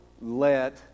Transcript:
let